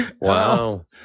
Wow